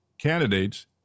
candidates